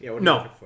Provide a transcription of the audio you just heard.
No